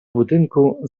budynku